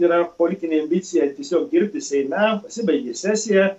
yra politinė ambicija tiesiog dirbti seime pasibaigė sesija